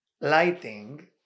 lighting